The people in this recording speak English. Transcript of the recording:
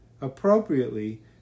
Appropriately